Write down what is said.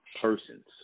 persons